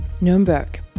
Nuremberg